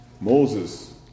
Moses